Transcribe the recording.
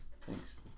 Thanks